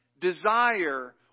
desire